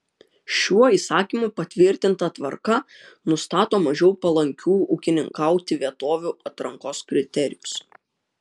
šiuo įsakymu patvirtinta tvarka nustato mažiau palankių ūkininkauti vietovių atrankos kriterijus